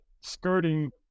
skirting